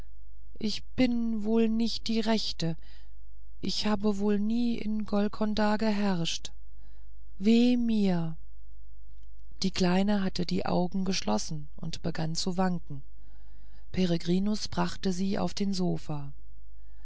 ich bin wohl nicht die rechte ich habe wohl nie in golkonda geherrscht weh mir die kleine hatte die augen geschlossen und begann zu wanken peregrinus brachte sie auf den sofa